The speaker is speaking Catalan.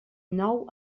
nou